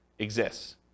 exists